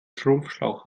schrumpfschlauch